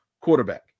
quarterback